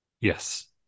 Yes